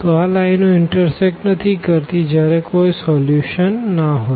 તો આ લાઈનો ઇનટરસેકટ નથી કરતી જયારે કોઈ સોલ્યુશન ના હોઈ